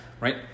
right